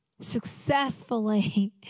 successfully